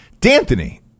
D'Anthony